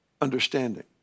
understanding